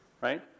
right